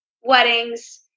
weddings